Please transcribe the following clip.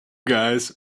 guys